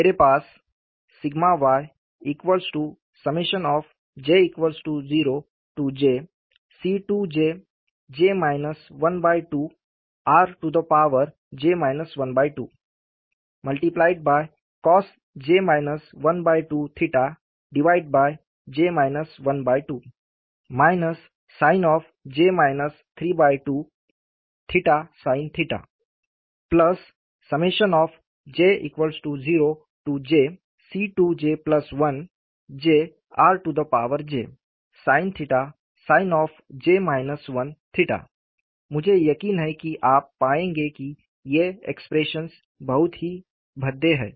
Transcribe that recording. मेरे पास yj0jC2jj 12r j 12cosj 12 sinj 32sinj0jC2j1 jrjsinsinj 1 मुझे यकीन है कि आप पाएंगे कि ये एक्सप्रेशन्स बहुत ही भद्दे हैं